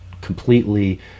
completely